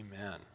Amen